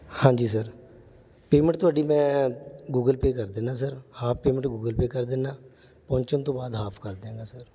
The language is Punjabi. ਹਾਂਜੀ ਸਰ ਪੇਮੈਂਟ ਤੁਹਾਡੀ ਮੈਂ ਗੂਗਲ ਪੇਅ ਕਰ ਦਿੰਦਾ sir half payment Google Pay ਕਰ ਦਿੰਦਾ ਪਹੁੰਚਣ ਤੋਂ ਬਾਅਦ ਹਾਫ਼ ਕਰ ਦਿਆਂਗਾ ਸਰ